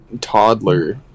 toddler